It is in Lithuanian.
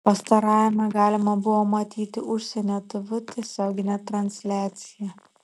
pastarajame galima buvo matyti užsienio tv tiesioginę transliaciją